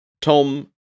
Tom